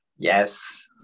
Yes